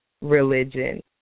religion